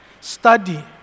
study